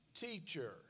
Teacher